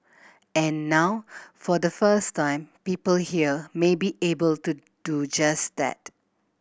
and now for the first time people here may be able to do just that